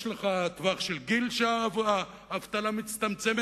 יש לך טווח של גיל שהאבטלה מצטמצמת.